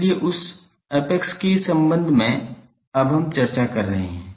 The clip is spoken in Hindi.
इसलिए उस एपेक्स के संबंध में अब हम चर्चा कर रहे हैं